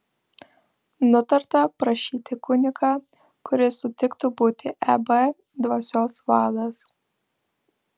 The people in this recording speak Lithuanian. nutarta prašyti kunigą kuris sutiktų būti eb dvasios vadas